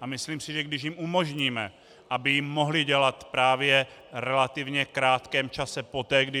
A myslím si, že když jim umožníme, aby ji mohli dělat právě v relativně krátkém čase poté, kdy